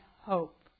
hope